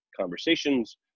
conversations